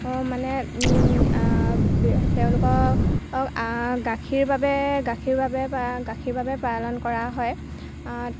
মানে ব তেওঁলোকক গাখীৰ বাবে গাখীৰ বাবে বা গাখীৰ বাবে পালন কৰা হয়